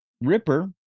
Ripper